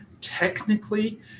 technically